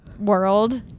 world